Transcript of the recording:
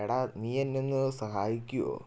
എടാ നീ എന്നെ ഒന്ന് സഹായിക്കുമോ